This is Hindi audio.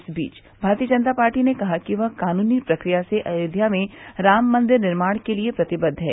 इस बीच भारतीय जनता पार्टी ने कहा कि वह कानूनी प्रक्रिया से अयोध्या में राम मंदिर निर्माण के लिए प्रतिबद्द है